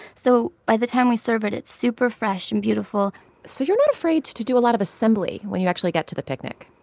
so by the time we serve it, it's super fresh and beautiful so you're not afraid to do a lot of assembly when you actually get to the picnic?